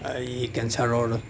এই কেঞ্চাৰৰ